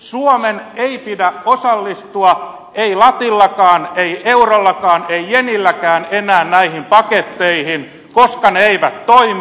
suomen ei pidä osallistua ei latillakaan ei eurollakaan ei jenilläkään enää näihin paketteihin koska ne eivät toimi